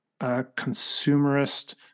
consumerist